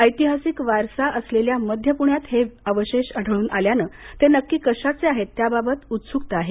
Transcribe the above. ऐतिहासिक वारसा असलेल्या मध्य पुण्यात हे अवशेष आढळून आल्याने ते नक्की कशाचे आहेत त्या बाबत उत्सुकता आहे